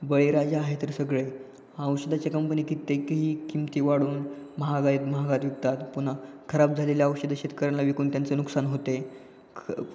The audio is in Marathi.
बळीराजा आहे तर सगळं आहे औषधाच्या कंपनी किते तीही किंमती वाढवून महागाईत महागात विकतात पुन्हा खराब झालेले औषधं शेतकऱ्यांला विकून त्यांचं नुकसान होते ख